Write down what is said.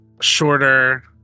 shorter